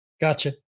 Gotcha